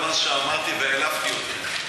על מה שאמרתי והעלבתי אותך.